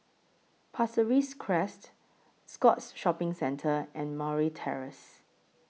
Pasir Ris Crest Scotts Shopping Centre and Murray Terrace